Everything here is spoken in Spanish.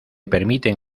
permiten